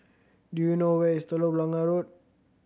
do you know where is Telok Blangah Road